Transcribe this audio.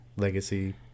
legacy